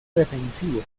defensivo